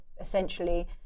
essentially